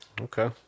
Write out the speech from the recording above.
okay